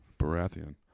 Baratheon